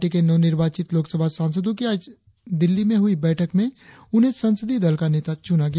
party के नवनिर्वाचित लोकसभा सांसदो की आज दिल्ली में हुई बैठक में उन्हें संसदीय दल का नेता चुना गया